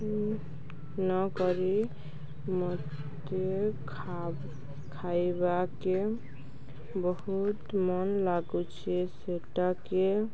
ନକରି ମୋତେ ଖାଇବାକେ ବହୁତ୍ ମନ୍ ଲାଗୁଛେ ସେଟାକେ